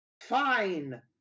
Fine